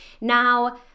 Now